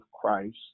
Christ